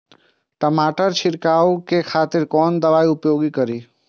टमाटर छीरकाउ के खातिर कोन दवाई के उपयोग करी?